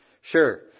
Sure